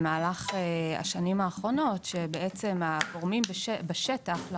במהלך השנים האחרונות הגורמים בשטח הם